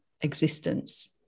existence